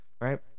right